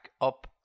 up